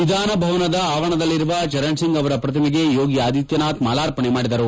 ವಿಧಾನಭವನದ ಆವರಣದಲ್ಲಿರುವ ಚರಣ್ಸಿಂಗ್ ಅವರ ಪ್ರತಿಮೆಗೆ ಯೋಗಿ ಆದಿತ್ಯನಾಥ್ ಮಾಲಾರ್ಪಣೆ ಮಾಡಿದರು